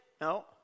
No